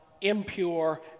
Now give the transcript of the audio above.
impure